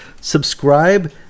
subscribe